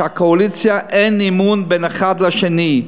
שהקואליציה, אין אמון בין האחד לשני.